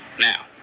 now